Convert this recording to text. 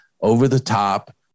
over-the-top